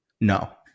No